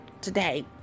today